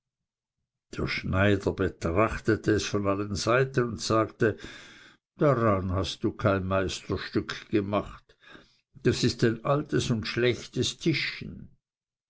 der schneider betrachtete es von allen seiten und sagte daran hast du kein meisterstück gemacht das ist ein altes und schlechtes tischchen